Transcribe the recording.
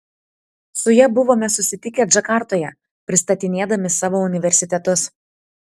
su ja buvome susitikę džakartoje pristatinėdami savo universitetus